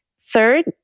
Third